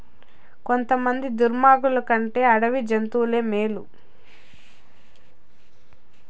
కొంతమంది దుర్మార్గులు కంటే అడవి జంతువులే మేలు